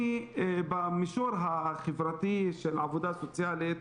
יש המישור החברתי של עבודה סוציאלית,